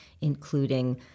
including